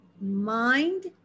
mind